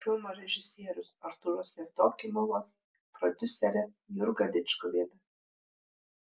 filmo režisierius artūras jevdokimovas prodiuserė jurga dikčiuvienė